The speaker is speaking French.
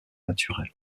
naturel